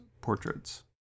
portraits